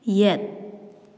ꯌꯦꯠ